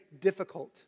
difficult